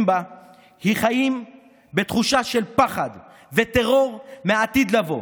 בה היא חיים בתחושה של פחד וטרור מהעתיד לבוא,